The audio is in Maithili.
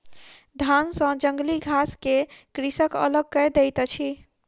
धान सॅ जंगली घास के कृषक अलग कय दैत अछि